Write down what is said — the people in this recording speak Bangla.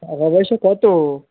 টাকা পয়সা কতো